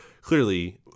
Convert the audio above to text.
clearly